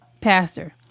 pastor